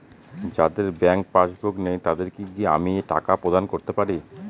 যাদের bank passbook নেই তাদের কি আমি টাকা প্রদান করতে পারি?